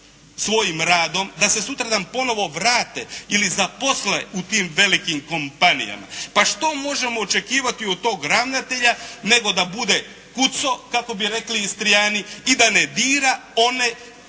svojim radom, da se sutradan ponovo vrate ili zaposle u tim velikim kompanijama. Pa što možemo očekivati od tog ravnatelja nego da bude kuco, kako bi rekli Istrijani i da ne dira one